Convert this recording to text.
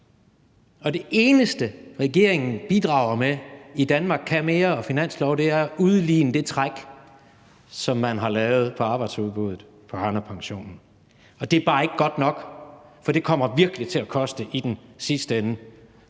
det eneste, regeringen bidrager med i »Danmark kan mere I« og finansloven, er at udligne det træk, som man har lavet på arbejdsudbuddet, på Arnepension. Og det er bare ikke godt nok, for det kommer virkelig til at koste i den sidste ende,